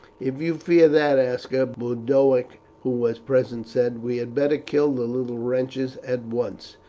if you fear that, aska, boduoc, who was present, said, we had better kill the little wretches at once.